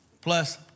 Plus